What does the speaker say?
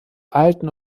alten